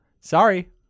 Sorry